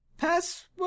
Password